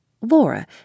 Laura